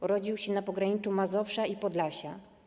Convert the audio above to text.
Urodził się na pograniczu Mazowsza i Podlasia.